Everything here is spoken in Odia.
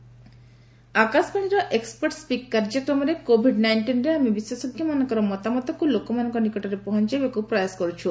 ଏକ୍ନପର୍ଟ୍ ସ୍ୱିକ୍ ଆକାଶବାଣୀର ଏକୁପର୍ଟ ସ୍ୱିକ୍ କାର୍ଯ୍ୟକ୍ରମରେ କୋଭିଡ୍ ନାଇଷ୍ଟିନ୍ରେ ଆମେ ବିଶେଷଜ୍ଞମାନଙ୍କର ମତାମତକୁ ଲୋକମାନଙ୍କ ନିକଟରେ ପହଞ୍ଚାଇବାକୁ ପ୍ରୟାସ କରୁଛୁ